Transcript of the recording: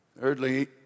Thirdly